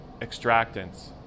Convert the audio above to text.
extractants